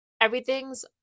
everything's